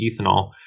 ethanol